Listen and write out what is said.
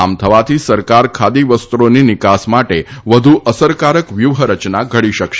આમ થવાથી સરકાર ખાદી વસ્ત્રોની નિકાસ માટે વધુ અસરકારક વ્યુહરચના ઘડી શકશે